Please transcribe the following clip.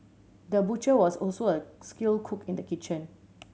the butcher was also a skilled cook in the kitchen